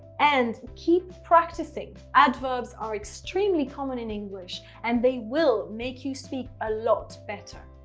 and keep practicing. adverbs are extremely common in english. and they will make you speak a lot better.